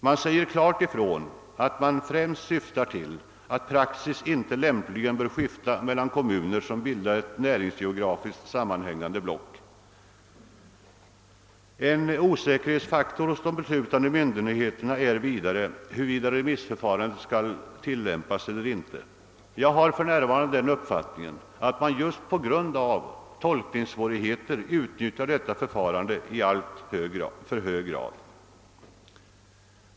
Man säger klart ifrån att man främst syftar till att praxis inte bör skifta mellan kommuner som : bildar ett näringsgeografiskt sammanhängande block. En osäkerhetsfaktor hos de beslutande myndigheterna är vidare huruvida remissförfarande skall tillämpas eller inte. Jag har den uppfattningen att man för närvarande just på grund av tolkningssvårigheter utnyttjar detta förfarande i alltför hög grad.